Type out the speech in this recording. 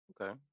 Okay